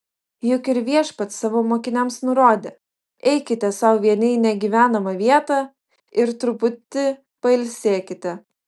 juk ir viešpats savo mokiniams nurodė eikite sau vieni į negyvenamą vietą ir truputį pailsėkite